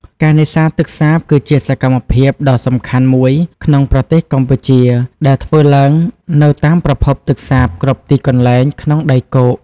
ការនេសាទទឹកសាបគឺជាសកម្មភាពដ៏សំខាន់មួយក្នុងប្រទេសកម្ពុជា ដែលធ្វើឡើងនៅតាមប្រភពទឹកសាបគ្រប់ទីកន្លែងក្នុងដីគោក។